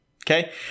okay